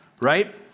right